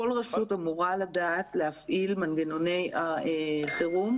כל רשות אמורה לדעת להפעיל מנגנוני חירום.